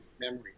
memory